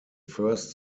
first